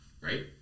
right